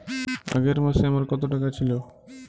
আগের মাসে আমার কত টাকা ছিল?